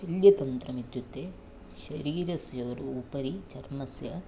शल्यतन्त्रम् इत्युक्ते शरीरस्योपरि चर्मस्य